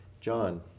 John